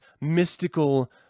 mystical